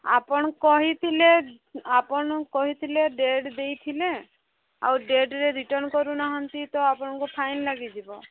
ଆପଣ କହିଥିଲେ ଆପଣ କହିଥିଲେ ଡେଟ୍ ଦେଇଥିଲେ ଆଉ ଡେଟ୍ରେ ରିଟର୍ନ୍ କରୁନାହାନ୍ତି ତ ଆପଣଙ୍କୁ ଫାଇନ୍ ଲାଗିଯିବ